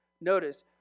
Notice